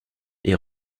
est